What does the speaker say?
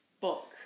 book